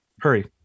Hurry